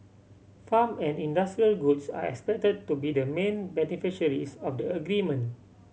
farm and industrial goods are expected to be the main beneficiaries of the agreement